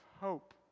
hope